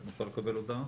נוכל לקבל הודעה?